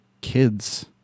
kids